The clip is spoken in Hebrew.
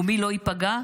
ומי לא ייפגע?